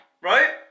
right